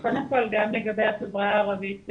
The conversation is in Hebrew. קודם כל גם לגבי החברה הערבית,